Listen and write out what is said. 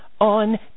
on